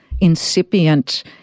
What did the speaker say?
incipient